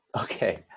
Okay